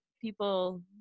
people